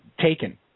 taken